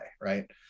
Right